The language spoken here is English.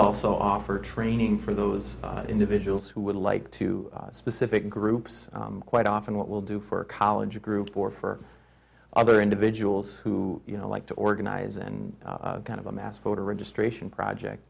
also offer training for those individuals who would like to specific groups quite often what will do for college group or for other individuals who you know like to organize and kind of amass voter registration project